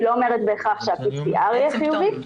היא לא אומרת בהכרח שה-PCR יהיה חיובי,